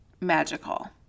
magical